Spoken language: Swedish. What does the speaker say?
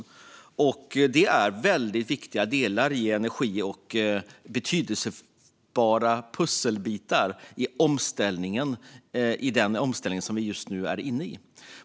Fjärr och kraftvärmen är väldigt viktiga delar av energin och betydelsefulla pusselbitar i den omställning vi just nu är inne i.